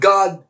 God